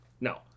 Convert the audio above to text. No